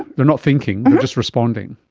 they're not thinking, they're just responding.